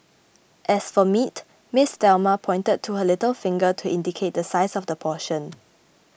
as for meat Ms Thelma pointed to her little finger to indicate the size of the portion